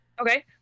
Okay